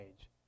age